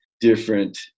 different